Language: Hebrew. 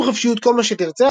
אמור בחופשיות כל מה שתרצה,